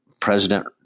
President